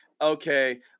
okay